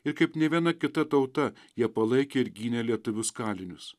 ir kaip nė viena kita tauta jie palaikė ir gynė lietuvius kalinius